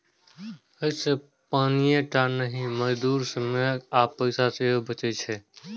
अय से पानिये टा नहि, मजदूरी, समय आ पैसा सेहो बचै छै